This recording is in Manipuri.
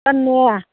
ꯇꯟꯅꯦ